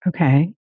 Okay